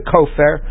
Kofer